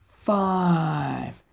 five